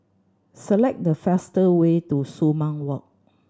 select the fastest way to Sumang Walk